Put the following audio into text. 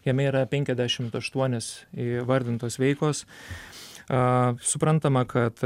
jame yra penkiasdešim aštuonios įvardintos veikos a suprantama kad